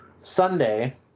Sunday